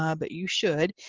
um but you should,